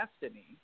destiny